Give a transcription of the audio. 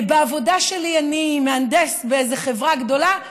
בעבודה שלי, אני מהנדס באיזה חברה גדולה,